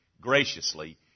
graciously